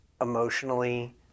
emotionally